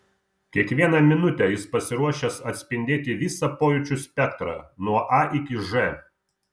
kiekvieną minutę jis pasiruošęs atspindėti visą pojūčių spektrą nuo a iki ž